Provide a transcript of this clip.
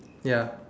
ya